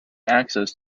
access